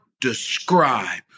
describe